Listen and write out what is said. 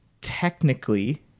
technically